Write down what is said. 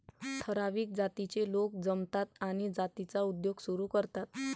ठराविक जातीचे लोक जमतात आणि जातीचा उद्योग सुरू करतात